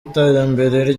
iterambere